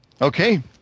Okay